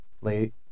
late